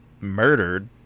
murdered